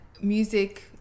music